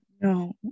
no